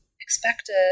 expected